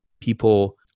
People